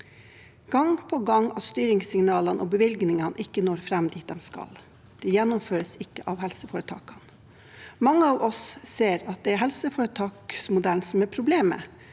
gang på gang at styringssignalene og bevilgningene ikke når fram dit de skal. De gjennomføres ikke av helseforetakene. Mange av oss ser at det er helseforetaksmodellen som er problemet,